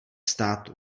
státu